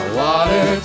water